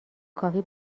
کافی